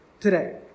today